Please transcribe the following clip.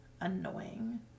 annoying